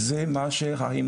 זה מה שזה,